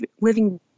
living